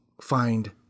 find